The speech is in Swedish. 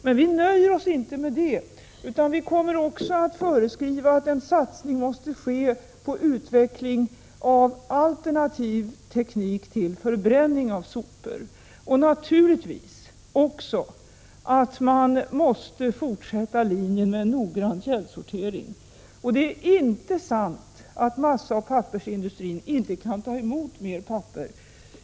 Men vi nöjer oss inte med det, utan vi kommer också att föreskriva att en satsning skall ske på utveckling av alternativ teknik beträffande förbränning av sopor. Naturligtvis måste vi också fortsätta efter linjen med noggrann källsortering. Det är inte sant att massaoch pappersindustrin inte kan ta emot mer papper.